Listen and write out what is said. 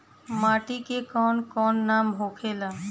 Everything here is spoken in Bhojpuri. माटी के कौन कौन नाम होखेला?